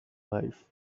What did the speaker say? wife